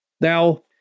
Now